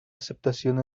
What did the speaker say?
aceptación